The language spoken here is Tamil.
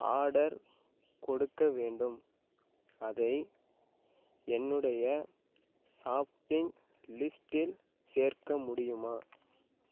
ஆர்டர் கொடுக்கவேண்டும் அதை என்னுடைய ஷாப்பிங் லிஸ்ட்டில் சேர்க்க முடியுமா